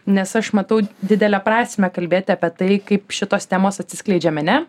nes aš matau didelę prasmę kalbėti apie tai kaip šitos temos atsiskleidžia mene